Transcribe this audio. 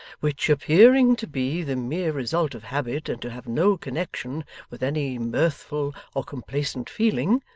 which, appearing to be the mere result of habit and to have no connection with any mirthful or complacent feeling,